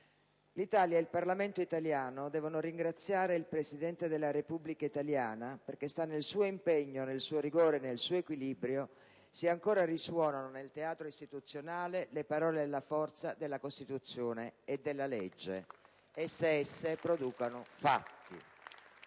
l'Italia e il Parlamento italiano devono ringraziare il Presidente della Repubblica italiana, perché sta nel suo impegno, nel suo rigore e nel suo equilibrio se ancora risuonano nel teatro istituzionale le parole e la forza della Costituzione e della legge, e se esse producono fatti.